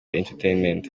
entertainment